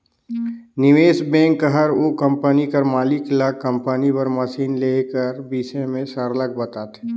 निवेस बेंक हर ओ कंपनी कर मालिक ल कंपनी बर मसीन लेहे कर बिसे में सरलग बताथे